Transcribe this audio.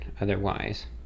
otherwise